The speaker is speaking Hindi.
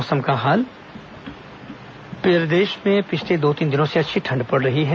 मौसम प्रदेश में पिछले दो तीन दिनों से अच्छी ठंड पड़ रही है